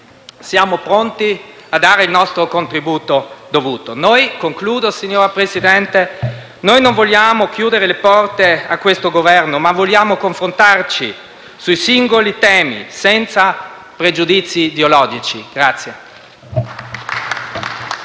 siamo pronti a dare il nostro contributo dovuto. Noi - e concludo, signor Presidente - non vogliamo chiudere le porte a questo Governo, ma vogliamo confrontarci sui singoli temi, senza pregiudizi ideologici.